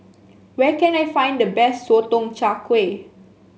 where can I find the best Sotong Char Kway